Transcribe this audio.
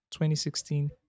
2016